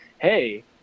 hey